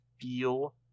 feel